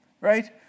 right